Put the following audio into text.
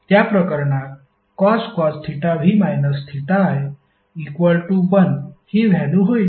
त्या प्रकरणात cos v i1 हि व्हॅल्यु होईल